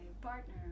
partner